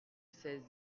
seize